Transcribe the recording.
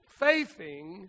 faithing